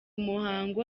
muhango